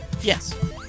Yes